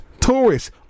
tourists